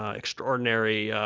ah extraordinary,